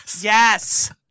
Yes